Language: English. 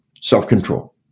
self-control